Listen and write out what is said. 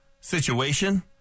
situation